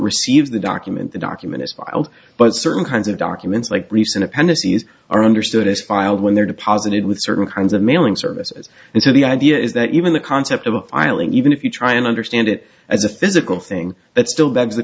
receives the document the document is filed but certain kinds of documents like recent appendices are understood as filed when they're deposited with certain kinds of mailing services and so the idea is that even the concept of a filing even if you try and understand it as a physical thing it still